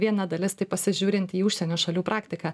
viena dalis taip pasižiūrint į užsienio šalių praktiką